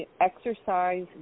exercise